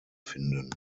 finden